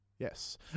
Yes